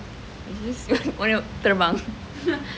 which is what you want teleport